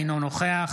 אינו נוכח